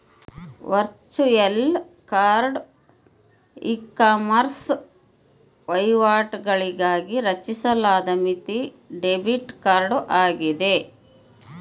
virtual card ecommerce ವಹಿವಾಟುಗಳಿಗಾಗಿ ರಚಿಸಲಾದ ಮಿತಿ ಡೆಬಿಟ್ ಕಾರ್ಡ್ ಆಗಿದೆ